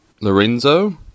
Lorenzo